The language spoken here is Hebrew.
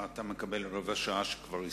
אתה מקבל רבע שעה, שכבר הסתיימה,